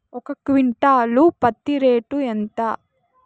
ఒక క్వింటాలు పత్తి రేటు ఎంత?